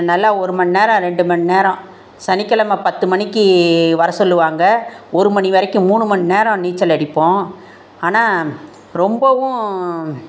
நல்லா ஒரு மணிநேரம் ரெண்டு மணிநேரம் சனிக்கெழமை பத்து மணிக்கு வர சொல்லுவாங்க ஒரு மணி வரைக்கும் மூணு மணிநேரம் நீச்சல் அடிப்போம் ஆனால் ரொம்பவும்